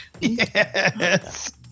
Yes